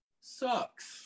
sucks